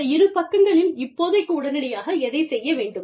இந்த இரு பக்கங்களில் இப்போதைக்கு உடனடியாக எதைச் செய்ய வேண்டும்